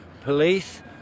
police